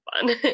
fun